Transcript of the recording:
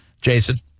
Jason